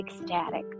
ecstatic